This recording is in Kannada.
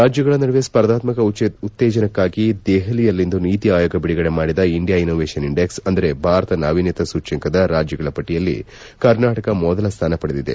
ರಾಜ್ಬಗಳ ನಡುವೆ ಸ್ಪರ್ಧಾತ್ಪಕ ಉತ್ತೇಜನಕ್ಕಾಗಿ ದೆಹಲಿಯಲ್ಲಿಂದು ನೀತಿ ಆಯೋಗ ಬಿಡುಗಡೆ ಮಾಡಿದ ಇಂಡಿಯಾ ಇನವೇಷನ್ ಇಂಡೆಕ್ಸ್ ಅಂದರೆ ಭಾರತ ನಾವೀನ್ಯತಾ ಸೂಚ್ಯಂಕದ ರಾಜ್ಯಗಳ ಪಟ್ಟಿಯಲ್ಲಿ ಕರ್ನಾಟಕ ಮೊದಲ ಸ್ಥಾನ ಪಡೆದಿದೆ